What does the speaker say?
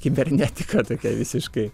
kibernetika tokia visiškai